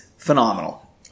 Phenomenal